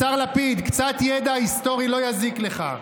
השר לפיד, קצת ידע היסטורי לא יזיק לך.